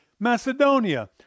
macedonia